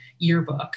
yearbook